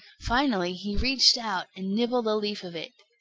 finally he reached out and nibbled a leaf of it.